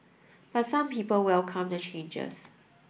but some people welcome the changes